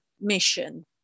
mission